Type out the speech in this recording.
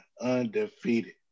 undefeated